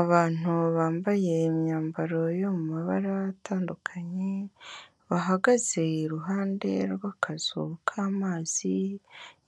Abantu bambaye imyambaro yo mu mabara atandukanye, bahagaze iruhande rw'akazu k'amazi,